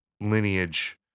lineage